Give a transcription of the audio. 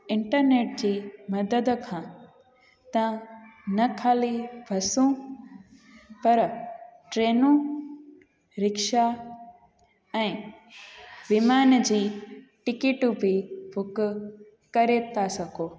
internet जी मदद खां तव्हां न ख़ाली बसूं पर ट्रेनूं रिक्शा ऐं विमान जी टिकिटूं बि बुक करे था सघो